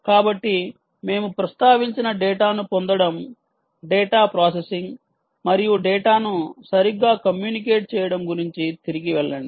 కాబట్టి మేము ప్రస్తావించిన డేటాను పొందడం డేటా ప్రాసెసింగ్ మరియు డేటాను సరిగ్గా కమ్యూనికేట్ చేయడం గురించి తిరిగి వెళ్ళండి